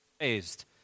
raised